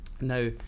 Now